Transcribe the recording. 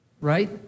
right